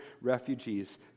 refugees